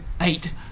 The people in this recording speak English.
eight